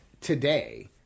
today